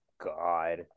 God